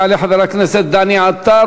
יעלה חבר הכנסת דני עטר,